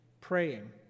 praying